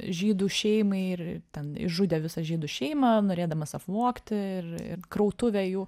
žydų šeimai ir ten išžudė visą žydų šeimą norėdamas apvogti ir ir krautuvę jų